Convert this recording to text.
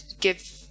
give